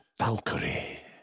valkyrie